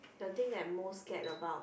the thing that I most scared about